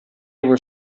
were